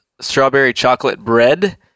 strawberry-chocolate-bread